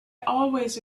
always